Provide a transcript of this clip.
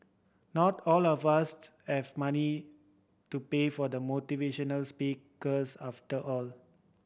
not all of us have money to pay for the motivational speakers after all